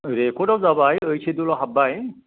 रेकर्डआव जाबाय ओइथ सिदुलाव हाबबाय